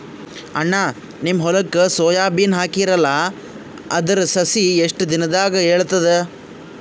ಅಣ್ಣಾ, ನಿಮ್ಮ ಹೊಲಕ್ಕ ಸೋಯ ಬೀನ ಹಾಕೀರಲಾ, ಅದರ ಸಸಿ ಎಷ್ಟ ದಿಂದಾಗ ಏಳತದ?